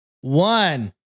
one